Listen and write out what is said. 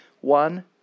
one